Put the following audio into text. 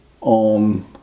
on